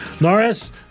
Norris